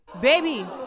Baby